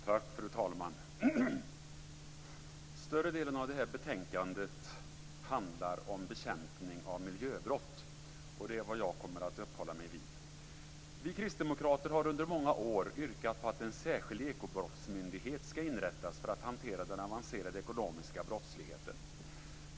Fru talman! Större delen av det här betänkandet handlar om bekämpning av miljöbrott, och det är vad jag kommer att uppehålla mig vid. Vi kristdemokrater har under många år yrkat att en särskild ekobrottsmyndighet skall inrättas för att hantera den avancerade ekonomiska brottsligheten.